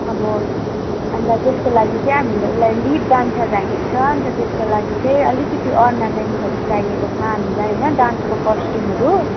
अब अन्त त्यसको लागि चाहिँ हामीले उसलाई लिड डान्सर राखेको छ अन्त त्यसको लागि चाहिँ अलिकिति अर्नामेन्ट्सहरू चाहिएको छ हामीलाई होइन डान्सको कस्ट्युमहरू